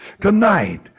tonight